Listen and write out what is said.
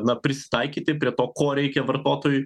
na prisitaikyti prie to ko reikia vartotojui